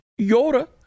Yoda